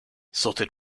sorted